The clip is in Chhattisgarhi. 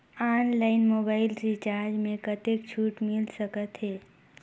ऑनलाइन मोबाइल रिचार्ज मे कतेक छूट मिल सकत हे?